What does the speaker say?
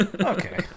Okay